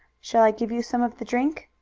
shall i give you some of the drink?